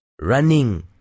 running